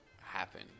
happen